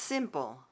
Simple